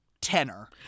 tenor